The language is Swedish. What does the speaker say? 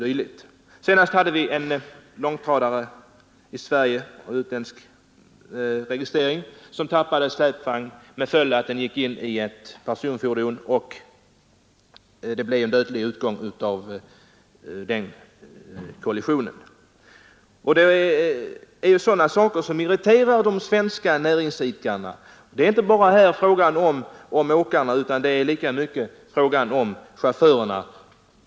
För inte länge sedan tappade en långtradare med utländsk registrering en släpvagn som gick in i ett personfordon. Kollisionen fick en dödlig utgång. Det är sådana saker som irriterar de svenska näringsidkarna. Det är här inte bara fråga om åkarna utan det är lika mycket fråga om chaufförerna.